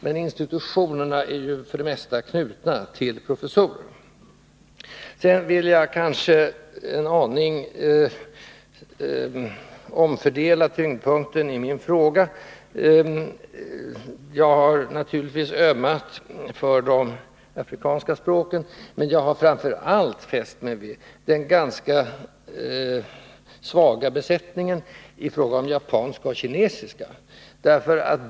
Men institutionerna är för det mesta knutna till professorer. Jag vill kanske en aning omfördela tyngdpunkten i min fråga. Jag har i och för sig ömmat för de afrikanska språken, men jag har framför allt fäst mig vid den ganska svaga besättningen i fråga om japanska och kinesiska.